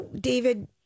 David